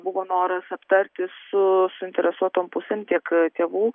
buvo noras aptarti su su suinteresuotom pusėm tiek tėvų